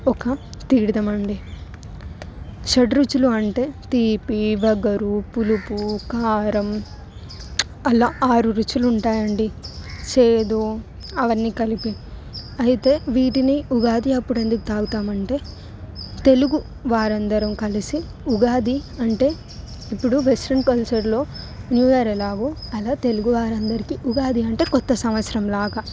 ఒక తీర్థం అండి షడ్ రుచులు అంటే తీపి వగరు పులుపు కారం అలా ఆరు రుచులు ఉంటాయి అండి చేదు అవన్నీ కలిపి అయితే వీటిని ఉగాది అప్పుడు ఎందుకు తాగుతాము అంటే తెలుగు వారందరం కలిసి ఉగాది అంటే ఇప్పుడు వెస్ట్రన్ కల్చర్లో న్యూ ఇయర్ ఎలాగో అలా తెలుగు వారందరికీ ఉగాది అంటే కొత్త సంవత్సరంలాగా